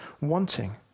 wanting